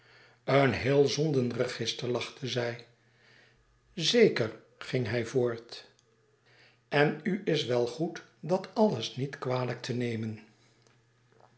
een heel zondenregister lachte zij zeker ging hij voort en u is wel goed dit alles niet kwalijk te nemen